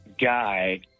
guy